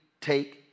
take